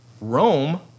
Rome